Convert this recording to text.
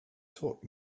taught